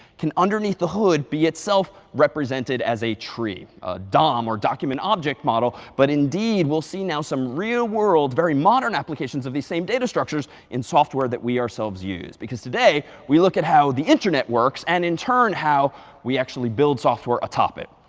can underneath the hood be itself represented as a tree. a dom, or document object model, but indeed, we'll see now some real world, very modern applications of the same data structures in software that we ourselves use. because today, we look at how the internet works, and in turn how we actually build software atop it.